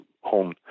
home